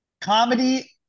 Comedy